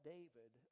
David